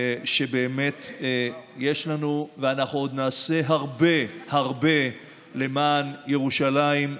יש לנו ואנחנו עוד נעשה הרבה הרבה למען ירושלים,